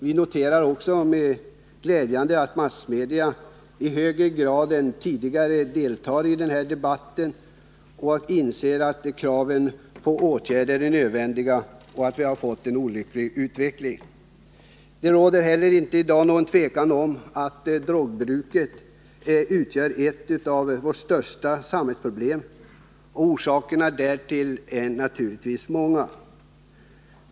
Vi noterar också det glädjande förhållandet att massmedia i högre grad än tidigare deltar i debatten och inser att de åtgärder som krävs är nödvändiga och att vi har fått en olycklig utveckling. Det råder i dag heller inte något tvivel om att drogbruket utgör ett av våra största samhällsproblem. Orsakerna därtill är naturligtvis många.